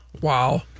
Wow